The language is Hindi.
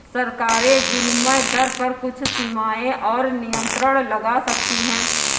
सरकारें विनिमय दर पर कुछ सीमाएँ और नियंत्रण लगा सकती हैं